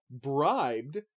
bribed